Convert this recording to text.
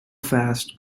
fast